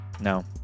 no